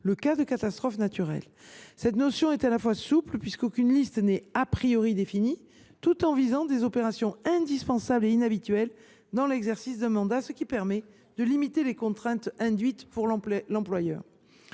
le cas de catastrophe naturelle. Cette notion est à la fois souple, puisqu’aucune liste n’est définie, tout en visant des opérations indispensables et inhabituelles dans l’exercice d’un mandat, ce qui permet de limiter les contraintes induites pour l’employeur.